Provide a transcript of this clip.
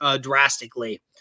drastically